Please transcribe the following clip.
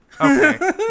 Okay